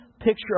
picture